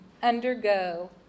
undergo